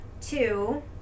Two